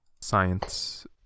science